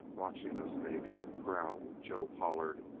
watching us, maybe, growled joe pollard,